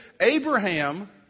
Abraham